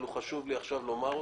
אבל חשוב לי עכשיו לומר אותו,